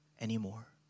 anymore